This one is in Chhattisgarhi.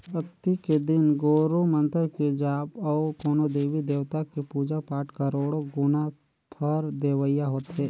अक्ती के दिन गुरू मंतर के जाप अउ कोनो देवी देवता के पुजा पाठ करोड़ो गुना फर देवइया होथे